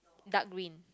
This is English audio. dark green